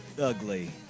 ugly